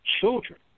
children